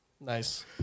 Nice